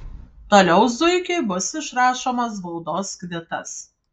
toliau zuikiui bus išrašomas baudos kvitas